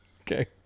Okay